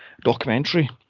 documentary